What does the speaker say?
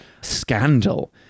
Scandal